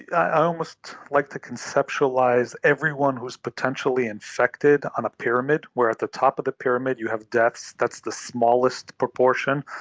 i almost like to conceptualise everyone who is potentially infected on a pyramid, where at the top of the pyramid you have deaths, that's the smallest proportion,